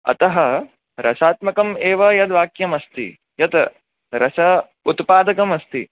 अतः रसात्मकं एव यद् वाक्यमस्ति यत् रस उत्पादकमस्ति